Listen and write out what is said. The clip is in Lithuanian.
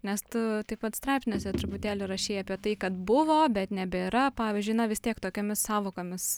nes tu taip pat straipsniuose truputėlį rašei apie tai kad buvo bet nebėra pavyzdžiui na vis tiek tokiomis sąvokomis